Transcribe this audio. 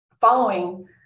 following